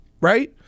right